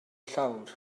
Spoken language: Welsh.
llawr